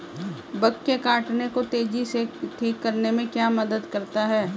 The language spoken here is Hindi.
बग के काटने को तेजी से ठीक करने में क्या मदद करता है?